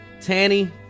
Tanny